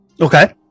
okay